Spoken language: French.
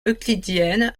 euclidienne